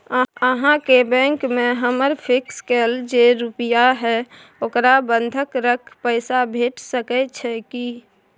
अहाँके बैंक में हमर फिक्स कैल जे रुपिया हय ओकरा बंधक रख पैसा भेट सकै छै कि?